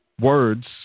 words